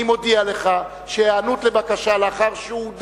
אני מודיע לך שהיענות לבקשה לאחר שהודע